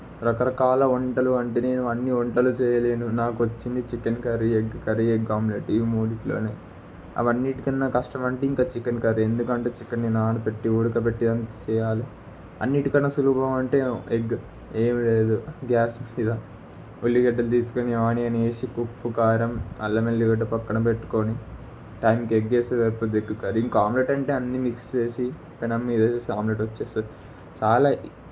రకరకాల వంటలు అంటే నేను అన్ని వంటలు చేయలేను నాకు వచ్చింది chicken curry egg curry egg omelette ఇవి మూడిటిలోనే అవి అన్నిటికన్నా కష్టమంటే ఇంక చికెన్ కర్రీ ఎందుకంటే చికెన్ని నానబెట్టి ఉడకబెట్టి అన్ చేయాలి అన్నిటికన్నా సులువుగా అంటే ఎగ్ ఏం లేదు గ్యాస్ మీద ఉల్లిగడ్డలు తీసుకొని ఆనియన్ వేసి ఉప్పు కారం అల్లంవెల్లిగడ్డ పక్కన పెట్టుకొని టైంకి ఎగ్ వేస్తే సరిపోతుంది ఎగ్ కర్రీ ఇంకా ఆమ్లెట్ అంటే అన్ని మిక్స్ చేసి పెనం మీద వేసేస్తే ఆమ్లెట్ వచ్చేస్తుంది చాలా